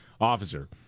Officer